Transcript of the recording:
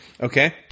Okay